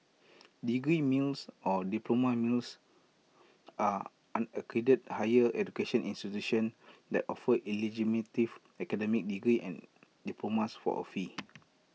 degree mills or diploma mills are unaccredited higher education institution that offer illegitimate academic degrees and diplomas for A fee